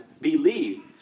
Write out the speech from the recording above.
believe